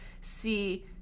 see